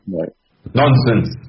Nonsense